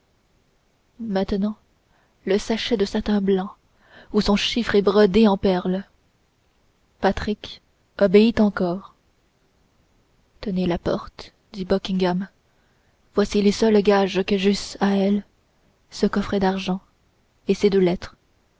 maintenant le sachet de satin blanc où son chiffre est brodé en perles patrick obéit encore tenez la porte dit buckingham voici les seuls gages que j'eusse à elle ce coffret d'argent et ces deux lettres